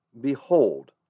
behold